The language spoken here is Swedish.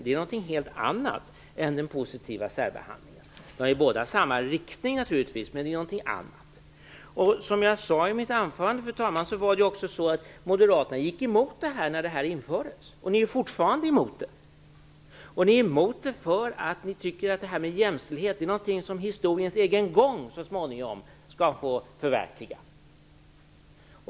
Det är någonting helt annat än den positiva särbehandlingen. De båda sakerna går naturligtvis i samma riktning, men positiv särbehandling är ändå någonting annat än att särskilt beakta jämställdhetsaspekten. Som jag sade i mitt anförande, fru talman, gick Moderaterna emot det här när det infördes, och ni är ju fortfarande emot det. Ni är emot det därför att ni tycker att jämställdhet är någonting som historiens egen gång så småningom skall få förverkliga.